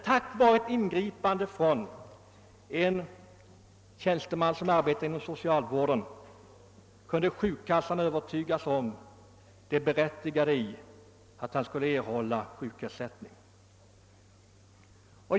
Tack vare ett ingripande av en tjänsteman inom socialvården kunde emellertid sjukkassan övertygas om det berättigade i att han erhöll sjukersättning.